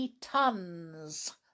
tons